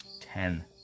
ten